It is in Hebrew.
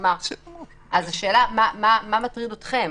אז השאלה מה מטריד אתכם.